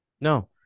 No